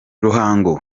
ruhango